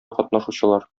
катнашучылар